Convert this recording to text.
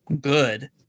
good